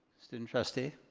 student trustee?